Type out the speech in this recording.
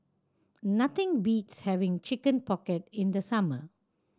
nothing beats having Chicken Pocket in the summer